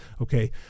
okay